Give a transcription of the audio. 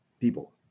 people